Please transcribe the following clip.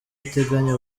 ateganya